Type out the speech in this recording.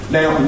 Now